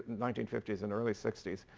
nineteen fifty s and early sixty s,